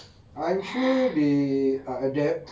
I'm sure they are adapt